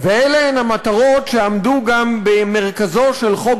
ואלה הן המטרות שעמדו גם במרכזו של חוק